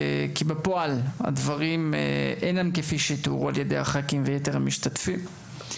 שבפועל הדברים אינם כפי שתוארו על ידי הח״כים ויתר המשתתפים.